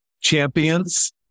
champions